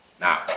Now